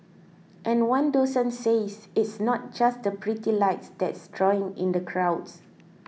and one docent says it's not just the pretty lights that's drawing in the crowds